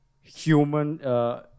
human